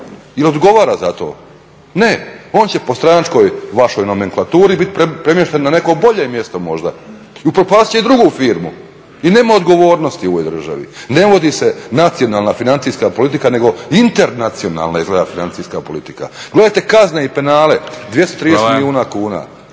odgovara za to? Ne, on će po stranačkoj vašoj nomenklaturi biti premješten na neko bolje mjesto možda i upropastiti će i drugu firmu, i nema odgovornosti u ovoj državi. Ne vodi se nacionalna financijska politika nego internacionalna financijska politika. Gledajte kazne i penale, 230 milijuna kuna.